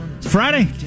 Friday